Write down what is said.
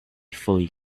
fully